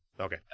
Okay